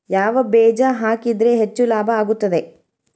ಯಾವ ಬೇಜ ಹಾಕಿದ್ರ ಹೆಚ್ಚ ಲಾಭ ಆಗುತ್ತದೆ?